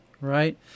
Right